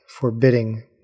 forbidding